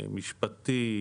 משפטי,